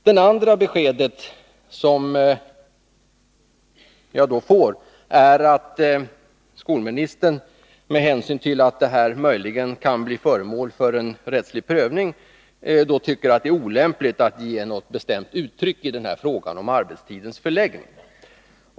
Det andra besked som jag får är att skolministern med hänsyn till att detta möjligen kan bli föremål för rättslig prövning tycker att det är olämpligt att göra något bestämt uttalande i frågan om arbetstidens förläggning.